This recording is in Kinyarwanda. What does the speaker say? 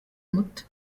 muto